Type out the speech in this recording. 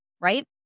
right